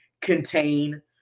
contain